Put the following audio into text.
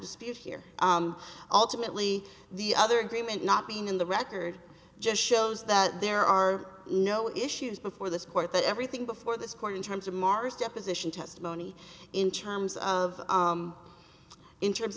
dispute here alternately the other agreement not being in the record just shows that there are no issues before this court that everything before this court in terms of mars deposition testimony in terms of in terms